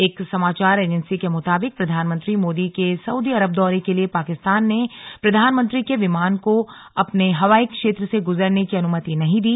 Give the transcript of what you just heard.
एक समाचार एजेंसी के मुताबिक प्रधानमंत्री मोदी के सऊदी अरब दौरे के लिए पाकिस्तान ने प्रधानमंत्री के विमान को अपने हवाई क्षेत्र से गुजरने की अनुमति नहीं दी